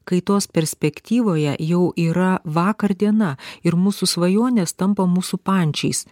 kaitos perspektyvoje jau yra vakar diena ir mūsų svajonės tampa mūsų pančiais